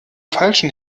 falschen